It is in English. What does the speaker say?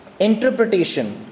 interpretation